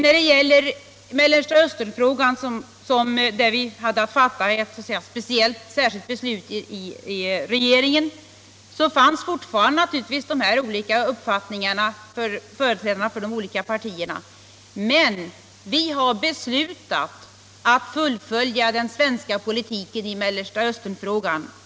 Beträffande Mellersta Östern-frågan, där vi hade att fatta ett särskilt beslut i regeringen, fanns naturligtvis fortfarande dessa olika uppfattningar hos företrädarna för de olika partierna. Men vi har beslutat att fullfölja den svenska politiken i Mellersta Östern-frågan.